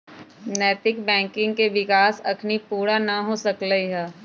नैतिक बैंकिंग के विकास अखनी पुरा न हो सकलइ ह